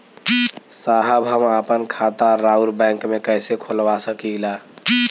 साहब हम आपन खाता राउर बैंक में कैसे खोलवा सकीला?